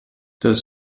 das